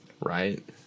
right